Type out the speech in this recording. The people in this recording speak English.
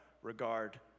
regard